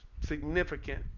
significant